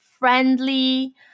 friendly